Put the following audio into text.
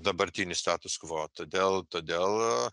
dabartinį status quo todėl todėl